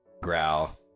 growl